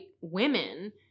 women